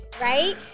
Right